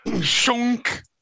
shunk